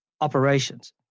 operations